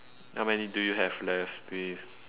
how many do you have left please